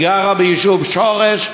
היא גרה ביישוב שורש,